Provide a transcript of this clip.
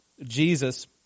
Jesus